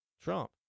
Trump